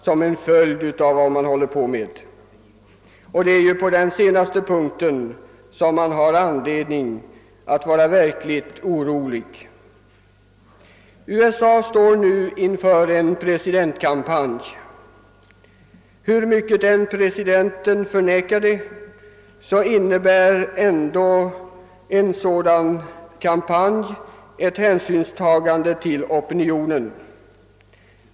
Det är ju i detta avseende man har anledning att vara verkligt orolig. USA står inför en presidentvalskampanj. Hur mycket presidenten än förnekar det, innebär en sådan kampanj ändå ett hänsynstagande till opinionen.